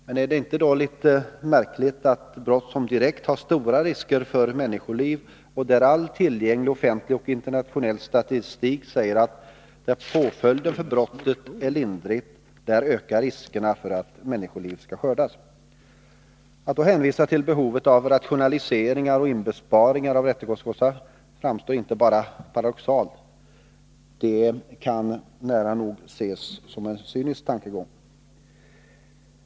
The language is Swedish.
Men är det inte märkligt att man vid brott som medför stora risker för människoliv hänvisar till behovet av rationalisering och inbesparing av rättegångskostnader. All tillgänglig offentlig och internationell statistik visar ju att riskerna för att människoliv skall skördas ökar, om brottspåföljden är lindrig.